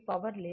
power లేదు